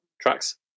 tracks